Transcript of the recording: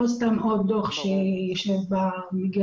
לא סתם עוד דו"ח שיישב במגרה.